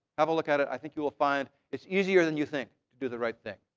have a look at it. i think you will find it's easier than you think to do the right thing.